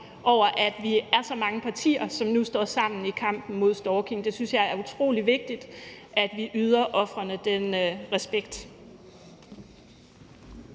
over, at vi er så mange partier, som nu står sammen i kampen mod stalking. Jeg synes, det er utrolig vigtigt, at vi yder ofrene den respekt.